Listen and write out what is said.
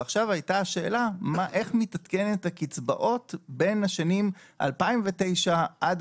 ועכשיו הייתה השאלה איך מתעדכנות הקצבאות בין השנים 2009 עד